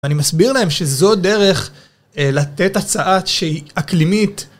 אני מסביר להם שזו דרך לתת הצעה שהיא אקלימית.